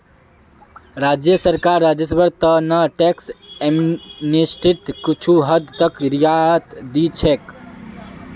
राज्य सरकार राजस्वेर त न टैक्स एमनेस्टीत कुछू हद तक रियायत दी छेक